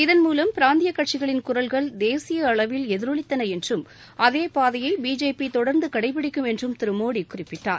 இதன் மூலம் பிராந்திய கட்சிகளின் குரல்கள் தேசிய அளவில் எதிரொலித்தன என்றும் அதே பாதையை பிஜேபி தொடர்ந்து கடைப்பிடிக்கும் என்றும் திரு மோடி குறிப்பிட்டார்